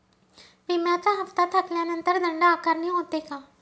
विम्याचा हफ्ता थकल्यानंतर दंड आकारणी होते का?